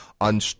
on